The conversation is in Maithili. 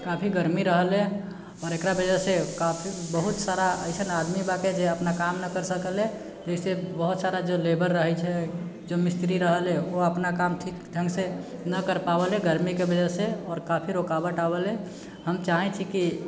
काफी गर्मी रहलै आओर एकरा वजहसँ काफी बहुत सारा अइसन आदमी बा कि जे अपना काम नहि करि सकलै फेरसँ बहुत सारा जे लेबर रहै छै जे मिस्त्री रहलै ओ अपना काम ठीक ढङ्गसँ नहि करि पाबिले गर्मीके वजहसँ आओर काफी रुकावट आबिले हम चाहै छी कि